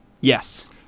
Yes